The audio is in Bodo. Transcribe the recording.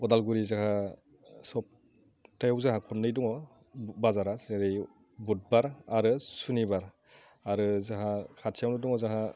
उदालगुरि जोंहा सबथायाव जोंहा खननै दङ बाजारा जेरै बुधबार आरो सुनिबार आरो जोंहा खाथियावनो दङ जोंहा